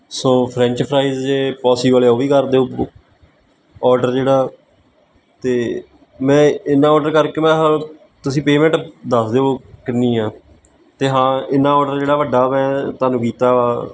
ਸੌ French fries ਜੇ possible ਉਹ ਵੀ ਕਰ ਦਿਉ ਆਰਡਰ ਜਿਹੜਾ ਅਤੇ ਮੈਂ ਇੰਨਾ ਔਡਰ ਕਰਕੇ ਮੈਂ ਤੁਸੀਂ ਪੇਮੈਂਟ ਦੱਸ ਦਿਓ ਕਿੰਨੀ ਆ ਅਤੇ ਹਾਂ ਇੰਨਾ ਔਡਰ ਜਿਹੜਾ ਵੱਡਾ ਮੈਂ ਤੁਹਾਨੂੰ ਕੀਤਾ ਵਾ